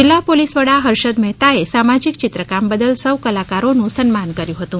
જિલ્લા પોલિસ વડા હર્ષદ મેહતા એ સામાજિક ચિત્રકામ બદલ સૌ કલાકારો નું સન્માન કર્યું હતું